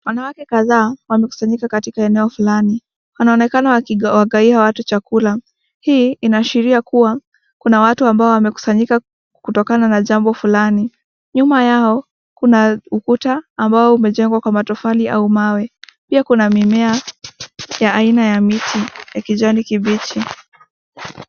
Wanawake kadhaa, wamekusanyika katika eneo fulani. Wanaonekana wakiwagawia watu chakula. Hii inaashiria kuwa kuna watu ambao wamekusanyika kutokana na jambo fulani. Nyuma yao kuna ukuta ambao umejengwa kwa matofali au mawe. Pia kuna mimea ya aina ya miti ya kijani kibichi.